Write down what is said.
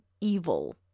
evil